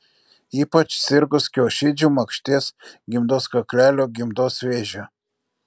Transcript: ypač sirgus kiaušidžių makšties gimdos kaklelio gimdos vėžiu